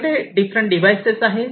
आपल्याकडे different devices आहेत